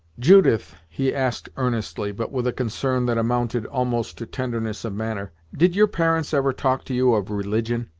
judith, he asked earnestly, but with a concern that amounted almost to tenderness of manner, did your parents ever talk to you of religion?